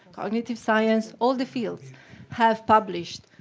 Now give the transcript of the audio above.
cognitive science, all the fields have published,